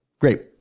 great